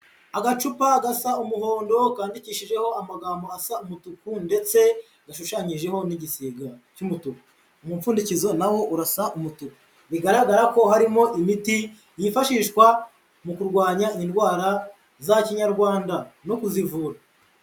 Agacupa gasa umuhondo kandidikishijeho amagambo asa umutuku ndetse gashushanyijeho n'igisiga cy'umutuku umumpfundikizo nawo urasa umutuku, bigaragara ko harimo imiti yifashishwa mu kurwanya indwara za kinyarwanda no kuzivura.